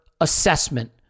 assessment